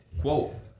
Quote